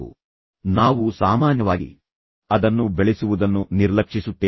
ಆದ್ದರಿಂದ ನಮ್ಮ ಅಸ್ತಿತ್ವದ ಒಂದು ಭಾಗ ನಾವು ಸಾಮಾನ್ಯವಾಗಿ ಅದನ್ನು ಬೆಳೆಸುವುದನ್ನು ನಿರ್ಲಕ್ಷಿಸುತ್ತೇವೆ